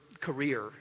career